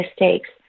mistakes